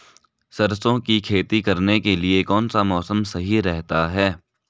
सरसों की खेती करने के लिए कौनसा मौसम सही रहता है?